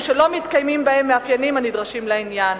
שלא מתקיימים בהם מאפיינים הנדרשים לעניין.